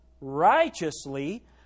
righteously